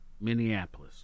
Minneapolis